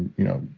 you know,